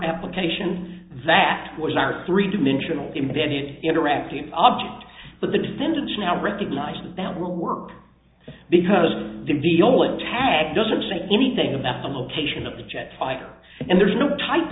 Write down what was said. application that was our three dimensional imbedded interactive object but the defendants now recognize that that will work because the viola tag doesn't say anything about the location of the jet fighter and there is no type